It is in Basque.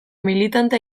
militante